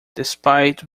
despite